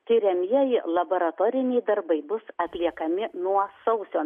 tiriamieji laboratoriniai darbai bus atliekami nuo sausio